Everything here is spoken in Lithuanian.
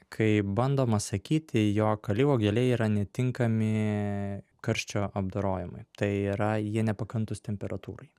kai bandoma sakyti jog alyvuogių aliejai yra netinkami karščio apdorojimui tai yra jie nepakantūs temperatūrai